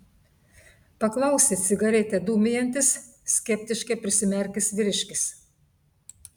paklausė cigaretę dūmijantis skeptiškai prisimerkęs vyriškis